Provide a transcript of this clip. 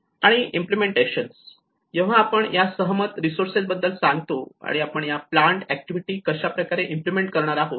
आणि इम्पलेमेंटेशन तर जेव्हा आपण या सहमत रिसोर्सेस बद्दल सांगतो आणि आपण या प्लांनड ऍक्टिव्हिटी कशाप्रकारे इम्प्लिमेंट करणार आहोत